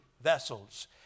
vessels